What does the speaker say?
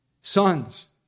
Sons